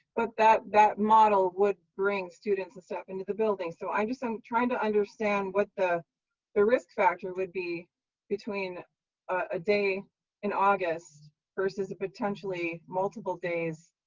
but that that model would bring students and staff into the building. so, i guess i'm trying to understand what the the risk factor would be between a day in august versus the potentially multiple days,